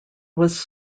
was